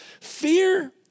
fear